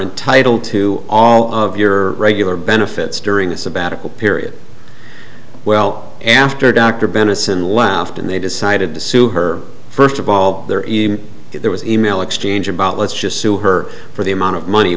entitled to all of your regular benefits during a sabbatical period well after dr benison laughed and they decided to sue her first of all there even if there was an e mail exchange about let's just sue her for the amount of money